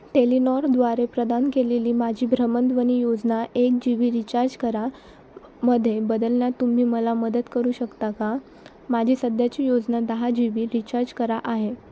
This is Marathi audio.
टेलिनॉरद्वारे प्रदान केलेली माझी भ्रमणध्वनी योजना एक जी बी रिचार्ज करा मध्ये बदलण्यात तुम्ही मला मदत करू शकता का माझी सध्याची योजना दहा जी बी रीचार्ज करा आहे